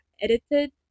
edited